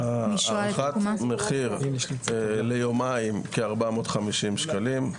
הערכת מחיר ליומיים הוא כ-450 שקלים.